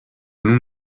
nous